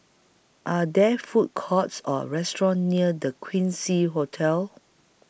Are There Food Courts Or restaurants near The Quincy Hotel